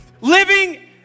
living